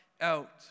out